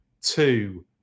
two